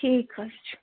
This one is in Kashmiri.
ٹھیٖک حظ چھُ